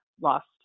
lost